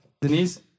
Denise